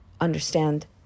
understand